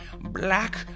black